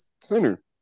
center